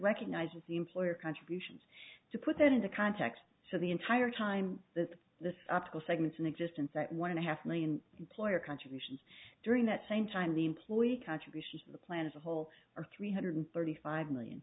recognizes the employer contributions to put that into context so the entire time that the optical segments in existence at one and a half million employer contributions during that same time the employee contributions to the plan as a whole are three hundred thirty five million